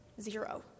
Zero